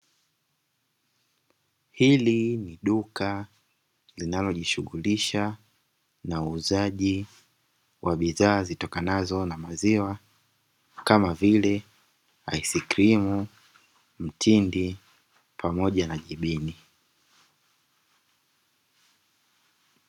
Hili ni duka linalojishughulisha na uuzaji wa bidhaa zitokanazo na maziwa kama vile aiskrimu, mtindi, pamoja na jibini.